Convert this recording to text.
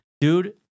Dude